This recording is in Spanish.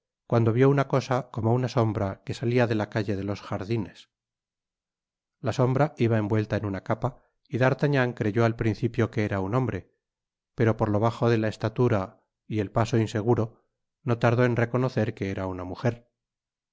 cuaado vio una cosa como una sombra que salia de la calle de losr jardines la sombra iba eavuelta en una capa y d'artagnan creyói al principio que era un hombre pero por lo bajo de la estatura y el paso inseguro no tardó en conocer que era una mujer